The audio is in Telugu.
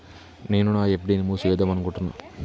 నేను నా ఎఫ్.డి ని మూసివేద్దాంనుకుంటున్న